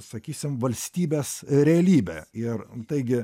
sakysim valstybės realybę ir taigi